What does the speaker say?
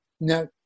no